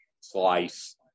slice